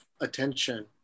attention